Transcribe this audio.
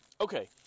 okay